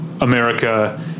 America—